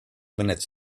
minutes